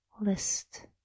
list